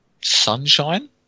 Sunshine